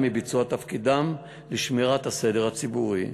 מביצוע תפקידם בשמירת הסדר הציבורי,